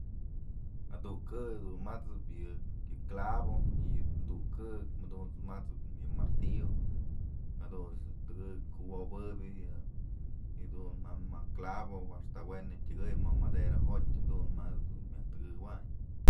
Adukë dun mat'sep yë clavo y yë tu'uk kë jadunt's mat'sëp yë martillo jadunt's tëkëbyë kuwobëbyë yëdun ma maj clavo a'axta we'en tyëkëy ma madera jotyë jadun ma dun myaj tëkëwayn.